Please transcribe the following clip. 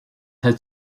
has